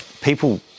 people